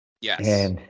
Yes